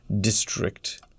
district